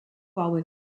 hauek